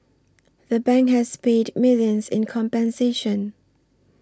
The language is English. the bank has paid millions in compensation